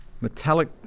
metallic